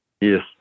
Yes